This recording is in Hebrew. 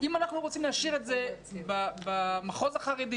אם אנחנו רוצים להשאיר את זה במחוז החרדי